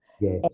yes